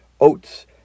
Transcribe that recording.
oats